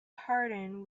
harden